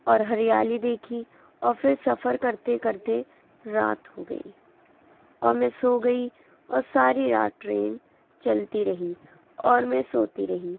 اور ہریالی دیکھی اور پھر سفر کرتے کرتے رات ہو گئی اور میں سو گئی اور ساری رات ٹرین چلتی رہی اور میں سوتی رہی